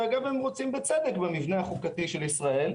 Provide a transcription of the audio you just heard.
ובצדק במבנה החוקתי של ישראל,